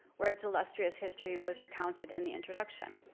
where its illustrious history was recounted in the introduction.